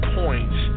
points